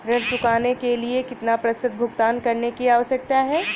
ऋण चुकाने के लिए कितना प्रतिशत भुगतान करने की आवश्यकता है?